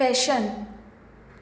fashion